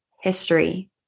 history